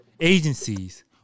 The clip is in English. agencies